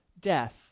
death